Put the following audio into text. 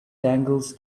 dangles